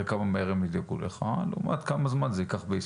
תראה כמה מהר ידאגו לך לעומת כמה זמן זה ייקח בישראל.